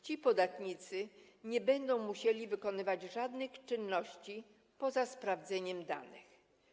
Ci podatnicy nie będą musieli wykonywać żadnych czynności poza sprawdzeniem danych.